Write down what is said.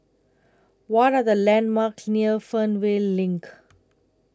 What Are The landmarks near Fernvale LINK